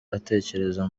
atekereza